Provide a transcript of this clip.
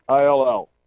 ILL